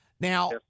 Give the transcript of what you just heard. Now